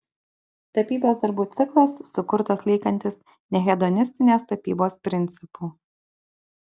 tapybos darbų ciklas sukurtas laikantis nehedonistinės tapybos principų